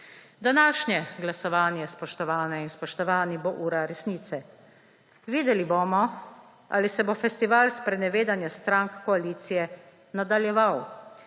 Današnje glasovanje, spoštovane in spoštovani, bo ura resnice. Videli bomo, ali se bo festival sprenevedanja strank koalicije nadaljeval